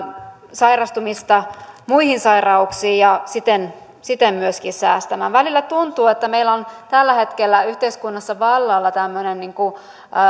sairastumista muihin sairauksiin ja siten siten myöskin säästämään välillä tuntuu että meillä on tällä hetkellä yhteiskunnassa vallalla tämmöinen niin kuin